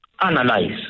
analyze